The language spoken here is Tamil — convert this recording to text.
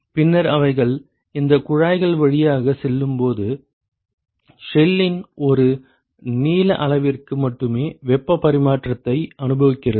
பின்னர் அவைகள் இந்த குழாய்கள் வழியாக செல்லும்போது ஷெல்லின் ஒரு நீள அளவிற்கு மட்டுமே வெப்ப பரிமாற்றத்தை அனுபவிக்கிறது